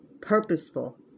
purposeful